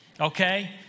Okay